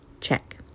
Check